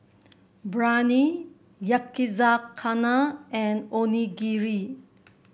Biryani Yakizakana and Onigiri